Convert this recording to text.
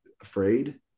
afraid